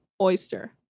oyster